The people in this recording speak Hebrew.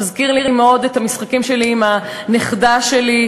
זה מזכיר לי מאוד את המשחקים שלי עם הנכדה שלי,